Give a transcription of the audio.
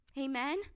Amen